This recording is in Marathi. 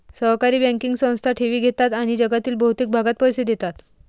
सहकारी बँकिंग संस्था ठेवी घेतात आणि जगातील बहुतेक भागात पैसे देतात